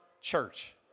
church